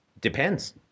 Depends